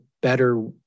better